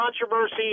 controversy